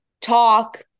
talk